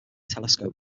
telescope